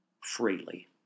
freely